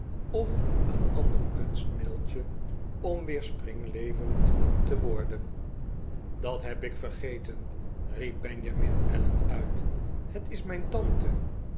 of een ander kunstmi ddeltje om weer springlevend te worden dat heb ik vergeten riep benjamin allen uit het is mijn tante